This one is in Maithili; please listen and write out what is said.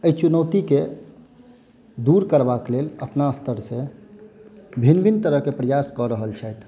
एहि चुनौतीकेँ दूर करबाक लेल अपना स्तर सॅं भिन्न भिन्न तरहके प्रयास कऽ रहल छथि